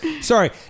Sorry